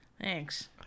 thanks